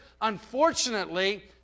unfortunately